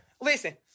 Listen